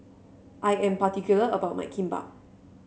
I am particular about my Kimbap